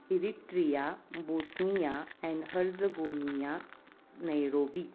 Eritrea Bosnia and Herzegovina Nairobi